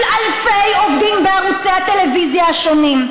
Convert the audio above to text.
אלפי עובדים בערוצי הטלוויזיה השונים.